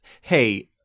Hey